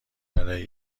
برای